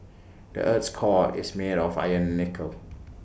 the Earth's core is made of iron and nickel